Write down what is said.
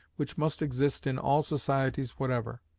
which must exist in all societies whatever.